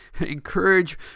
encourage